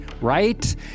right